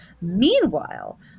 Meanwhile